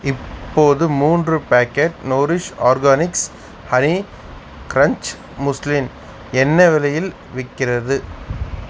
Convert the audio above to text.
இப்போது மூன்று packet Nourish Organics honey crunch muesli என்ன விலையில் விற்கிறது